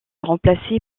remplacé